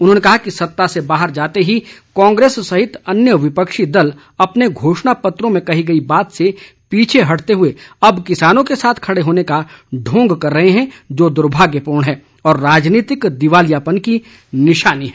उन्होंने कहा कि सत्ता से बाहर जाते ही कांग्रेस सहित अन्य विपक्षी दल अपने घोषणा पत्रों में कही गई बात से पीछे हटते हुए अब किसानों के साथ खड़े होने का ढोंग कर रहे हैं जो दुर्भाग्यपूर्ण और राजनीतिक दिवालियापन की निशानी है